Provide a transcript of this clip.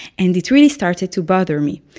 and it really started to bother me.